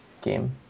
game